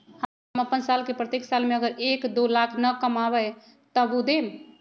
हम अपन साल के प्रत्येक साल मे अगर एक, दो लाख न कमाये तवु देम?